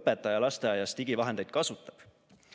õpetaja lasteaias digivahendeid kasutab.